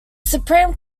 supreme